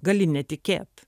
gali netikėt